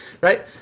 right